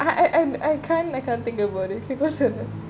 I'm I'm I can't I can't think about it because of